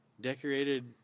Decorated